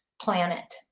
planet